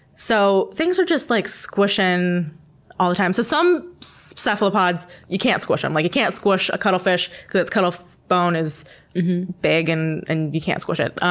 so, things are just like squishin' all the time. so some cephalopods you can't squish. um like you can't squish a cuttlefish because its kind of cuttlebone is big and and you can't squish it.